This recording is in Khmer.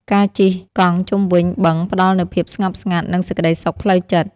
ការជិះកង់ជុំវិញបឹងផ្ដល់នូវភាពស្ងប់ស្ងាត់ និងសេចក្ដីសុខផ្លូវចិត្ត។